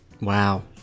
wow